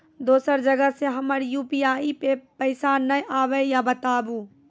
दोसर जगह से हमर यु.पी.आई पे पैसा नैय आबे या बताबू?